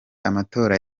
amatora